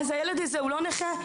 האם הילד הזה לא נכה?